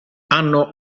hanno